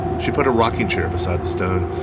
she put a rocking chair beside the stone.